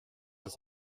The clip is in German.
ist